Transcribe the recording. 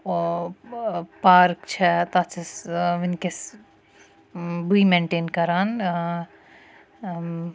park چھےٚ تَتھ چھَس وٕنکیٚس بٕے مینٹین کَران